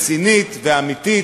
רצינית ואמיתית,